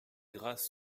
grasse